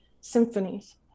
symphonies